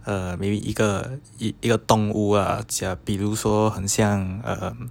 err maybe 一个一个动物 ah 假比如说很像 um